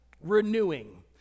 renewing